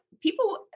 people